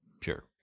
Sure